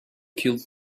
killed